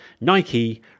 Nike